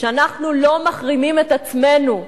שאנחנו לא מחרימים את עצמנו.